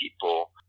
people